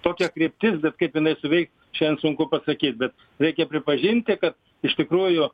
tokia kryptis bet kaip inai suvei šiandien sunku pasakyt bet reikia pripažinti ka iš tikrųjų